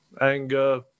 anger